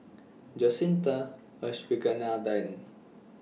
Jacintha Abisheganaden